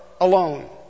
alone